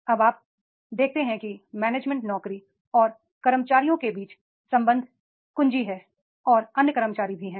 अब आप देखते हैं कि मैनेजमेंट नौकरी और कर्मचारियों के बीच संबंध कुंजी हैं और अन्य कर्मचारी भी हैं